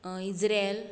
Israel